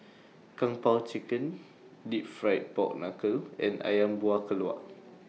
Kung Po Chicken Deep Fried Pork Knuckle and Ayam Buah Keluak